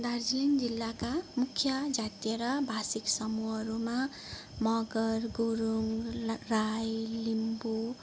दार्जिलिङ जिल्लाका मुख्य जातीय र भाषिक समूहहरूमा मगर गुरुङ राई लिम्बू